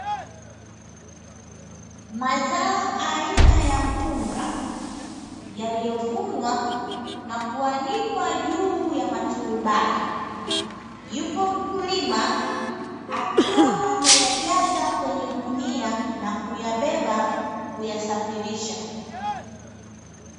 Mazao aina ya mpunga yaliyovunwa na kuanikwa juu ya maturubai, yupo mkulima akiwa ameyajaza kwenye gunia na kuyabeba kuyasafirisha.